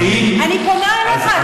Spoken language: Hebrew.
אני פונה אליך.